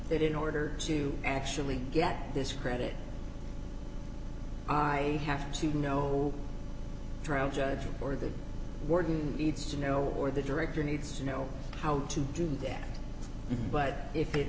the in order to actually get this credit i have to know trial judges or the warden needs to know or the director needs to know how to do that but if it